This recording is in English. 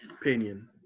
opinion